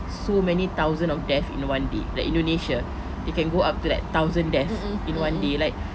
so many thousands of death in one day like indonesia you can go up to like thousand deaths in one day like